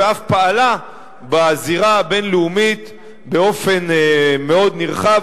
ואף פעלה בזירה הבין-לאומית באופן מאוד נרחב